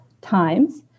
times